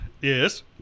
Yes